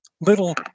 little